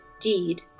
deed